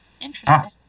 Interesting